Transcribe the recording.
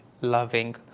loving